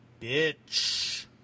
Bitch